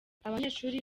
abanyeshuri